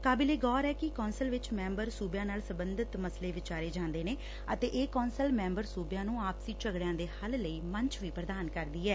ਕਾਬਲੇ ਗੌਰ ਐ ਕਿ ਕੌਂਸਲ ਵਿਚ ਮੈਂਬਰ ਸੁਬਿਆਂ ਨਾਲ ਸਬੰਧਤ ਮਸਲੇ ਵਿਚਾਰੇ ਜਾਂਦੇ ਨੇ ਅਤੇ ਇਹ ਕੌਂਸਲ ਮੈਂਬਰ ਸੁਬਿਆਂ ਨੁੰ ਆਪਸੀ ਝਗੜਿਆਂ ਦੇ ਹੱਲ ਲਈ ਮੰਚ ਵੀ ਪ੍ਦਾਨ ਕਰਦੀ ਐ